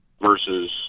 versus